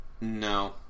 No